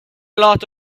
lot